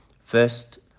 First